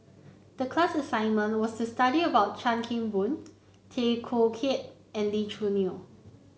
the class assignment was to study about Chan Kim Boon Tay Koh Yat and Lee Choo Neo